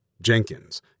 Jenkins